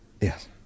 Yes